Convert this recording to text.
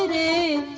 a